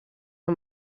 amb